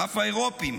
ואף האירופים,